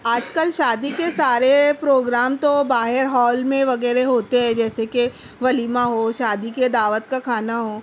آج کل شادی کے سارے پروگرام تو باہر ہال میں وغیرے ہوتے ہیں جیسے کہ ولیمہ ہو شادی کے دعوت کا کھانا ہو